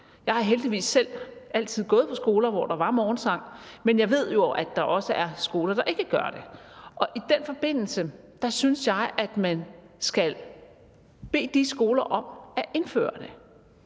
Jeg har heldigvis selv altid gået på skoler, hvor der var morgensang, men jeg ved jo, at der også er skoler, der ikke gør det. Og i den forbindelse synes jeg, at man skal bede de skoler om at indføre det,